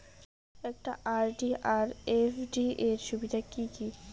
একটা আর.ডি আর এফ.ডি এর সুবিধা কি কি?